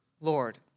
Lord